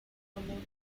promoted